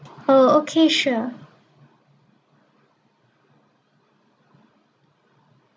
oh okay sure